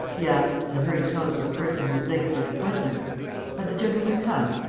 he asked, in the hurried tones of a person who is late for an appointment have the gentlemen come?